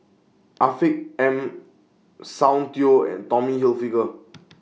Afiq M Soundteoh and Tommy Hilfiger